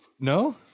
No